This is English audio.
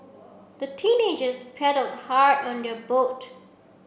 the teenagers paddled hard on their boat